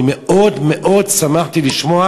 אני מאוד מאוד שמחתי לשמוע